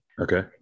Okay